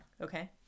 Okay